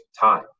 time